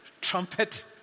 trumpet